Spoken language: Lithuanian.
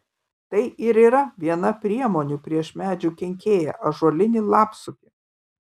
tai ir yra viena priemonių prieš medžių kenkėją ąžuolinį lapsukį